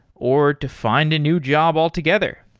or to find a new job altogether.